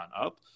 up